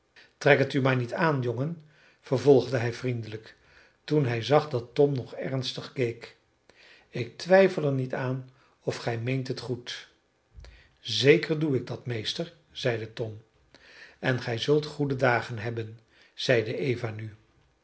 trek het u maar niet aan jongen vervolgde hij vriendelijk toen hij zag dat tom nog ernstig keek ik twijfel er niet aan of gij meent het goed zeker doe ik dat meester zeide tom en gij zult goede dagen hebben zeide eva nu